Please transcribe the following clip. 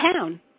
town